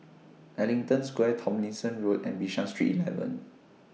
Ellington Square Tomlinson Road and Bishan Street eleven